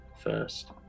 first